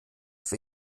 für